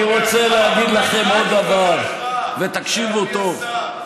אני רוצה להגיד לכם עוד דבר, ותקשיבו טוב.